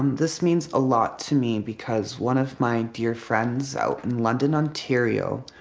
this means a lot to me because one of my dear friends out in london, ontario